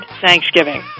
Thanksgiving